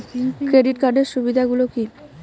Credit কার্ডের সুবিধা গুলো কি?